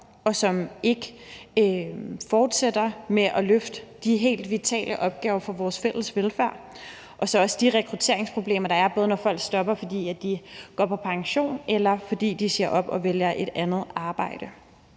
og som ikke fortsætter med at løfte de helt vitale opgaver for vores fælles velfærd, og så også se på de rekrutteringsproblemer, der er, både når folk stopper, fordi de går på pension, eller fordi de siger op og vælger et andet arbejde.